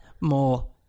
More